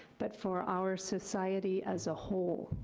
but for our society as a whole.